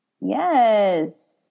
Yes